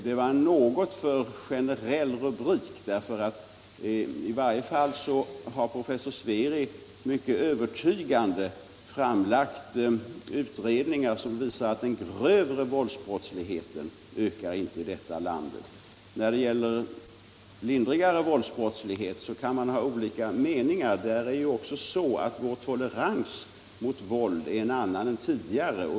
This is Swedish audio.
Det var en något för generell rubrik, eftersom i varje fall professor Sveri framlagt utredningar som mycket övertygande visar att det är den grövre våldsbrottsligheten som inte ökar i detta land. När det gäller lindrigare våldsbrottslighet kan man ha olika mening. Vår tolerans mot våld är också en annan än tidigare.